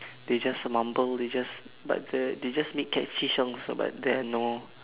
they just mumble they just but the they just make catchy songs ah but there're no